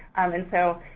and so,